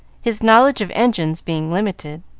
his knowledge of engines being limited.